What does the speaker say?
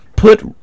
put